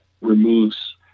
removes